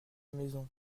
maison